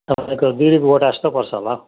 तपाईँको दुई रुपियाँ गोटा जस्तो पर्छ होला हौ